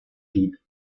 feed